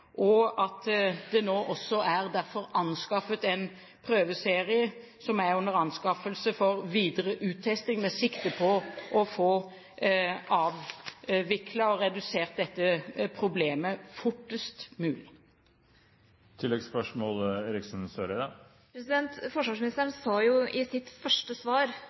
at det nå er en prøveserie under anskaffelse for videre uttesting, med sikte på å få redusert og avviklet dette problemet fortest mulig. Forsvarsministeren sa i sitt første svar